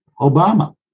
Obama